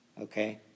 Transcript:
Okay